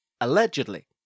allegedly